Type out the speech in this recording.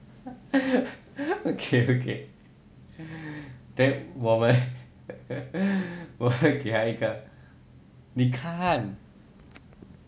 okay okay then 我们